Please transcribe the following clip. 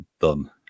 done